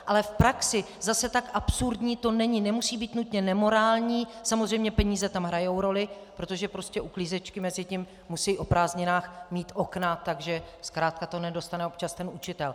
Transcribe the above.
Ale v praxi zase tak absurdní to není, nemusí být nutně nemorální, samozřejmě peníze tam hrajou roli, protože prostě uklízečky mezitím musejí o prázdninách mýt okna, takže zkrátka to nedostane občas ten učitel.